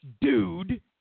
dude